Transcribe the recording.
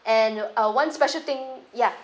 and uh one special thing ya